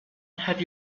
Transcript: have